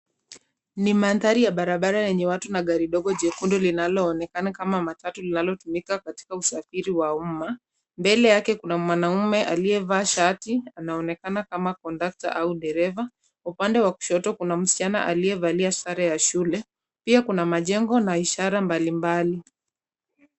Ni mandhari ya barabara yenye watu na gari dogo jekundu linaloonekana kama matatu linalotumika katika usafiri wa umma, mbele yake kuna mwanaume aliyevaa shati anaonekana kama kondakta au dereva, kwa upande wa kushoto kuna msichana aliyevalia sare ya shule pia kuna majengo na ishara mbali mbali.